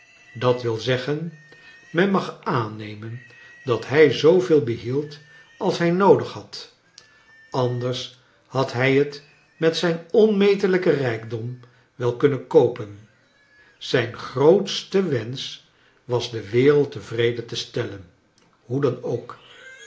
dat wil zeggen men mag aannemen dat hij zooveel behield als hij noodig had anders had hij het met zijn onmetelijken rijkdom wel kunnen koopen zijn grootste wensch was de wereld tevreden te stellen hoe dan ook